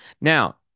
Now